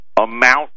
amount